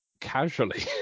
casually